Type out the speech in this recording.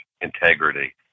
integrity